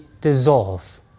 dissolve